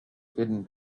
hidden